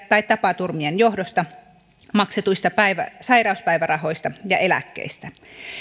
tai tapaturmien johdosta maksetuista sairauspäivärahoista ja eläkkeistä